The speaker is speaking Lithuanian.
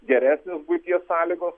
geresnės buities sąlygos